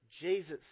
Jesus